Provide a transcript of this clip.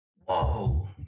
Whoa